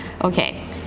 okay